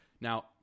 Now